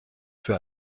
für